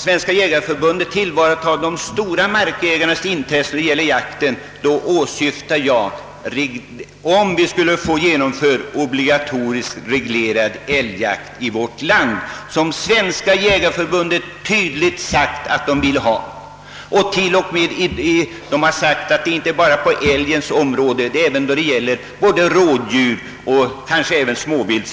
Svenska jägareförbundet har sagt ifrån att det önskar obligatoriskt reglerad älgjakt i vårt land och även reglerad jakt på rådjur och kanske